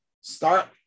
start